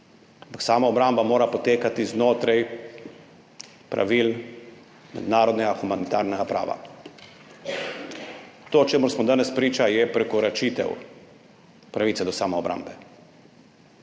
samoobramba mora potekati znotraj pravil mednarodnega humanitarnega prava. To, čemur smo danes priča, je prekoračitev pravice do samoobrambe.